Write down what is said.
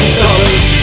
sons